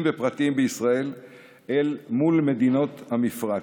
ופרטיים בישראל אל מול מדינות המפרץ.